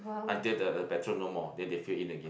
until the petrol no more then they fill in again